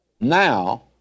Now